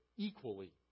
Equally